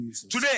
today